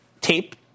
tape